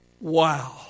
Wow